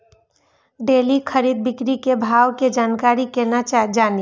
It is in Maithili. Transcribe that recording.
डेली खरीद बिक्री के भाव के जानकारी केना जानी?